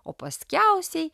o paskiausiai